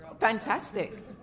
Fantastic